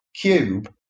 Cube